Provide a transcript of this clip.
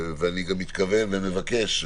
ואני מתכוון ומבקש,